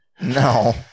no